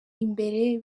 imbere